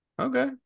Okay